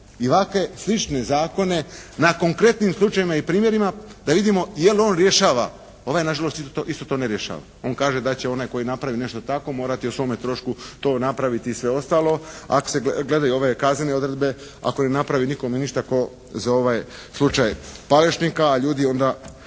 i ovakve slične zakone na konkretnim slučajevima i primjerima da vidimo jel on rješava. Ovaj na žalost isto to ne rješava. On kaže da će onaj koji napravi nešto tako morati o svome trošku to napraviti i sve ostalo. Ako se gledaju ove kaznene odredbe, ako ne napravi nikome ništa kao za ovaj slučaj Palešnika, a ljudi onda